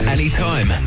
Anytime